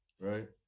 Right